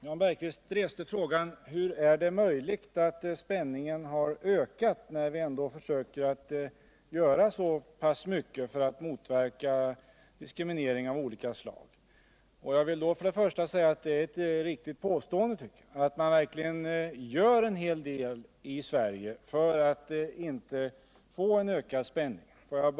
Jan Bergqvist reste frågan, hur det är möjligt att spänningen har ökat när vi ändå försöker göra så mycket för att motverka olika slag av diskriminering. Jag vill först säga att det är ett riktigt påstående. Det görs verkligen en hel del i Sverige för att vi skal! slippa få en ökad spänning mellan folkgrupperna.